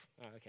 okay